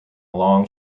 long